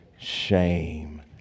shame